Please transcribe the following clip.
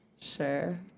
Sure